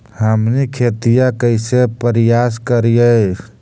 हमनी खेतीया कइसे परियास करियय?